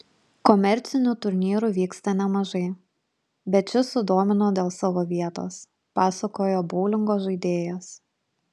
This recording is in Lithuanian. komercinių turnyrų vyksta nemažai bet šis sudomino dėl savo vietos pasakojo boulingo žaidėjas